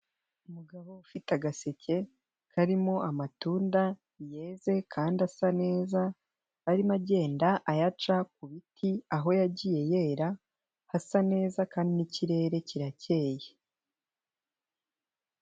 Umugabo ufite agaseke karimo amatunda yeze kandi asa neza, arimo agenda ayaca ku biti aho yagiye yera, hasa neza kandi n'ikirere kirakeye.